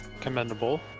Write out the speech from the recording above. commendable